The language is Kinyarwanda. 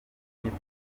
nyito